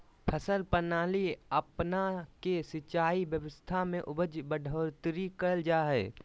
फसल प्रणाली अपना के सिंचाई व्यवस्था में उपज बढ़ोतरी करल जा हइ